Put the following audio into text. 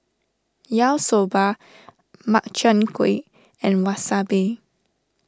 Yaki Soba Makchang Gui and Wasabi